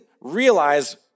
realize